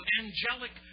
angelic